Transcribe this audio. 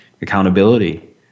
accountability